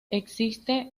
existen